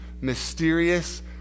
mysterious